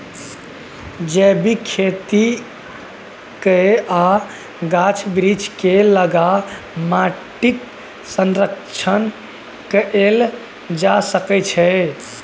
जैबिक खेती कए आ गाछ बिरीछ केँ लगा माटिक संरक्षण कएल जा सकै छै